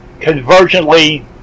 convergently